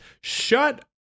shut